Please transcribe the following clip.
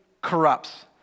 corrupts